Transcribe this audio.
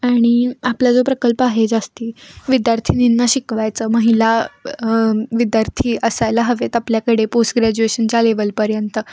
आणि आपला जो प्रकल्प आहे जास्त विद्यार्थीनींना शिकवायचं महिला विद्यार्थी असायला हवे आहेत आपल्याकडे पोस्ट ग्रॅज्युएशनच्या लेवलपर्यंत